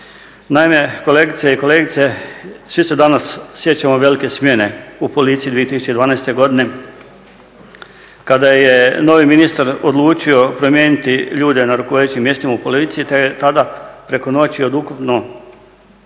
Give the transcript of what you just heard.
Naime, kolegice i kolege svi se danas sjećamo velike smjene u policiji 2012.godine kada je novi ministar odlučio promijeniti ljude na rukovodećim mjestima u policiji te je tada preko noći od ukupno